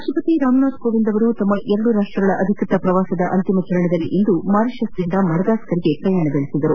ರಾಷ್ಟ್ರಪತಿ ರಾಮನಾಥ್ ಕೋವಿಂದ್ ಅವರು ತಮ್ಮ ಎರಡು ರಾಷ್ಟಗಳ ಅಧಿಕೃತ ಪ್ರವಾಸದ ಅಂತಿಮ ಚರಣದಲ್ಲಿ ಇಂದು ಮಾರಿಷಸ್ನಿಂದ ಮಡಗಾಸ್ಕರ್ಗೆ ಪ್ರಯಾಣ ಬೆಳೆಸಿದರು